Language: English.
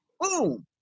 Boom